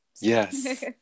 Yes